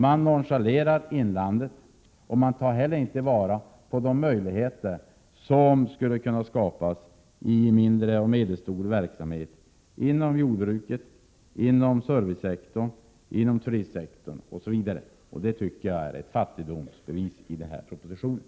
Man nonchalerar inlandet, och man tar inte vara på de möjligheter som kan finnas i mindre och medelstor verksamhet inom jorbruket, inom servicesektorn, inom turistsektorn osv. Det tycker jag är ett fattigdomsbevis i den här propositionen.